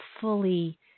fully